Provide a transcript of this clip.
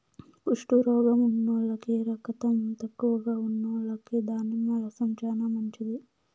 కుష్టు రోగం ఉన్నోల్లకి, రకతం తక్కువగా ఉన్నోల్లకి దానిమ్మ రసం చానా మంచిది